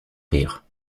rire